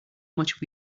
much